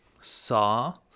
Saw